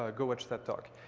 ah go watch that talk.